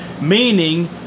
Meaning